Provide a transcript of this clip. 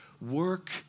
work